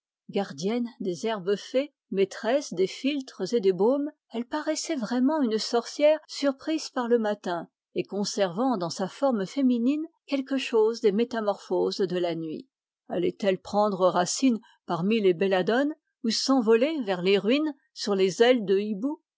gardienne des herbes fées maîtresse des philtres et des baumes elle paraissait vraiment une sorcière surprise par le matin et conservant dans sa forme féminine quelque chose des métamorphoses de la nuit allait-elle prendre racine parmi les belladones ou s'envoler vers les ruines sur des ailes de hibou